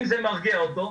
כי אם זה מרגיע אותו,